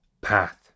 path